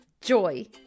joy